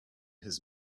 his